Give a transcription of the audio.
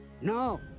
No